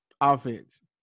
Offense